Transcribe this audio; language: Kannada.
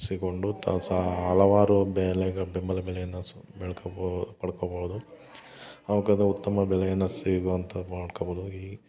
ಸಿಕೊಂಡು ತ ಸಾ ಹಲವಾರು ಬೆಲೆಗ ಬೆಂಬಲ ಬೆಲೆಯನ್ನ ನಾವು ಸು ಬೆಳ್ಕಬೋ ಪಡ್ಕೊಬೋದು ಆವಾಗ ಅದು ಉತ್ತಮ ಬೆಲೆಯನ್ನ ಸಿಗುವಂತೆ ಮಾಡ್ಕೊಬೋದು ಈ